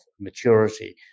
maturity